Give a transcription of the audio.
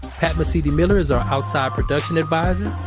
pat mesiti-miller is our outside production adviser.